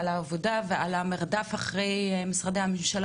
ועל העבודה ועל המרדף אחרי משרד הממשלה